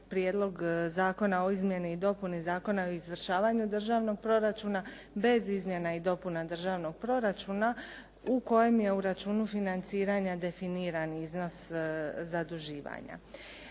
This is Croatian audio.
Prijedlog zakona o izmjeni i dopuni Zakona o izvršavanju državnog proračuna bez izmjena i dopuna državnog proračuna u kojem je u računu financiranja definiran iznos zaduživanja.